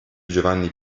giovanni